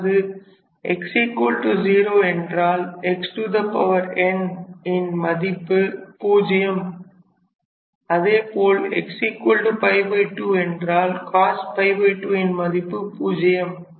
அதாவது x0என்றால் xn ன் மதிப்பு 0 அதேபோல் x 2 என்றால் cos 2 ன் மதிப்பு 0